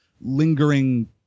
lingering